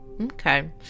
Okay